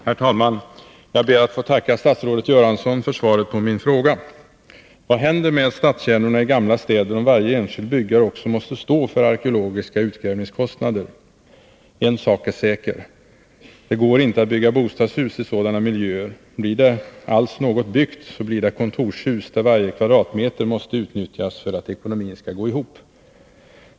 Herr talman! Jag ber att få tacka statsrådet Göransson för svaret på min fråga. Vad händer med stadskärnorna i gamla städer om varje enskild byggare också måste stå för arkeologiska utgrävningskostnader? En sak är säker: Det går inte att bygga bostadshus i sådana miljöer. Blir det alls något byggt, blir det kontorshus där varje kvadratmeter måste utnyttjas för att ekonomin skall gå ihop!